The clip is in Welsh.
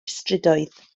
strydoedd